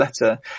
letter